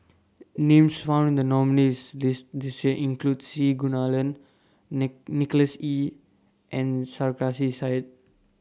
Names found in The nominees' list This Year include C Kunalan Nick Nicholas Ee and Sarkasi Said